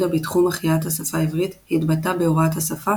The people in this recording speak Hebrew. בתחום החייאת השפה העברית התבטאה בהוראת השפה